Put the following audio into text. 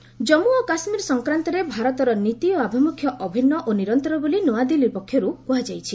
India IOC Jammu ଓ କାଶ୍ମୀର ସଂକ୍ରାନ୍ତରେ ଭାରତର ନୀତି ଓ ଆଭିମୁଖ୍ୟ ଅଭିନ୍ନ ଓ ନିରନ୍ତର ବୋଲି ନୂଆଦିଲ୍ଲୀ ପକ୍ଷରୁ କୁହାଯାଇଛି